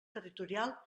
territorial